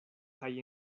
kaj